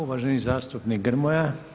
Uvaženi zastupnik Grmoja.